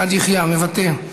מוותר,